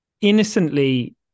innocently